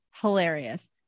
Hilarious